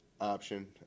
option